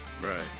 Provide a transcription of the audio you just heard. Right